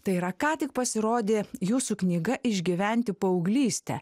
tai yra ką tik pasirodė jūsų knyga išgyventi paauglystę